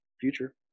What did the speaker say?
future